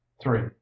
three